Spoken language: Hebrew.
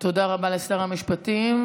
תודה רבה לשר המשפטים.